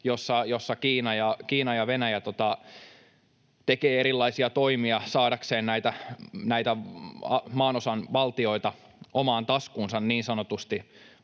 jossa Kiina ja Venäjä tekevät erilaisia toimia saadakseen näitä maanosan valtioita omaan taskuunsa, niin sanotusti